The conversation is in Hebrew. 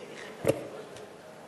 חברי חברי הכנסת,